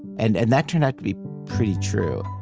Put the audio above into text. and and that turned out to be pretty true.